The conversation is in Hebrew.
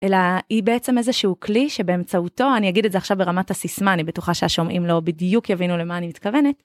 אלא היא בעצם איזשהו כלי שבאמצעותו, אני אגיד את זה עכשיו ברמת הסיסמה, אני בטוחה שהשומעים לא בדיוק יבינו למה אני מתכוונת.